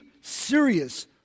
serious